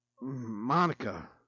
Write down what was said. Monica